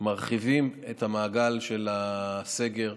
מרחיבים את המעגל של הסגר,